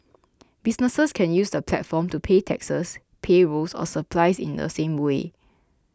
businesses can use the platform to pay taxes payrolls or suppliers in the same way